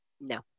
No